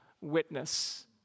witness